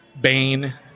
Bane